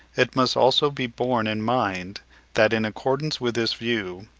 it must also be borne in mind that, in accordance with this view,